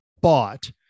bought